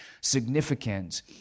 significant